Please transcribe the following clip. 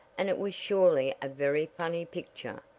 and it was surely a very funny picture.